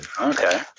okay